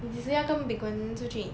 你几时要跟 bing wen 出去